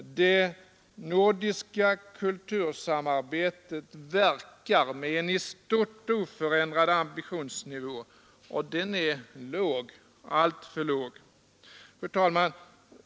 Det nordiska kultursamarbetet verkar med en i stort oförändrad ambitionsnivå, och den är låg — alltför låg. Fru talman!